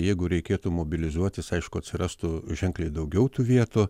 jeigu reikėtų mobilizuotis aišku atsirastų ženkliai daugiau tų vietų